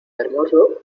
hermoso